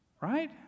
Right